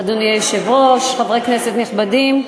אדוני היושב-ראש, חברי כנסת נכבדים,